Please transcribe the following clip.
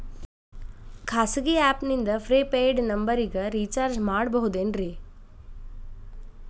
ಖಾಸಗಿ ಆ್ಯಪ್ ನಿಂದ prepaid ನಂಬರಿಗ ರೇಚಾರ್ಜ್ ಮಾಡಬಹುದೇನ್ರಿ?